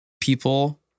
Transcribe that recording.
people